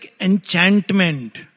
enchantment